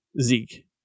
Zeke